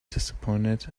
disappointed